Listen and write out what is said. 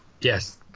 Yes